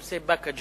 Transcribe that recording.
זה נושא באקה ג'ת.